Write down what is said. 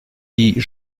dit